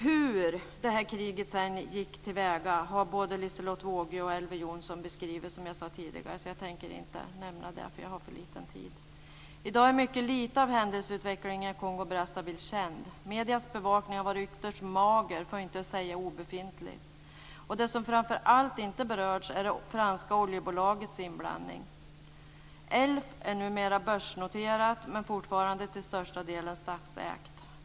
Hur kriget sedan gick har både Liselotte Wågö och Elver Jonsson beskrivit, som jag sade tidigare. Jag tänker inte nämna det, eftersom jag har för kort talartid. I dag är mycket lite av händelseutvecklingen i Kongo-Brazzaville känd. Mediernas bevakning har varit ytterst mager för att inte säga obefintlig. Det som framför allt inte berörts är det franska oljebolagets inblandning. Elf är numera börsnoterat men fortfarande till största delen statsägt.